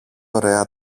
ωραία